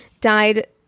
died